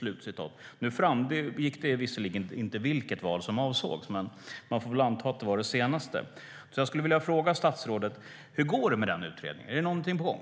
Det framgick visserligen inte vilket val som avsågs, men man får väl anta att det var det senaste. Jag skulle vilja fråga statsrådet: Hur går det med den utredningen? Är det någonting på gång?